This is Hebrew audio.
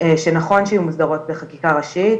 שנכון שיהיו מוסדרות בחקיקה ראשית.